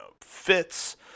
fits